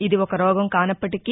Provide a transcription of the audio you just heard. ఇది ఒక రోగం కానప్పటికీ